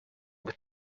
with